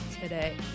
today